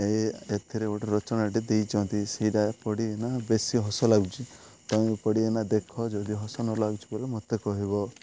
ଏଇ ଏଥିରେ ଗୋଟେ ରଚନାଟେ ଦେଇଛନ୍ତି ସେଇଟା ପଢ଼ିକିନା ବେଶୀ ହସ ଲାଗୁଛି ତୁମେ ପଢ଼ିକିନା ଦେଖ ଯଦି ହସ ନ ଲାଗୁଛି ବଲେ ମୋତେ କହିବ